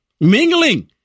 mingling